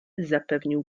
zapewnił